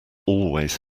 always